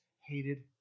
hated